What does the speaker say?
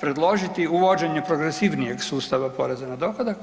predložiti uvođenje progresivnijeg sustava poreza na dohodak,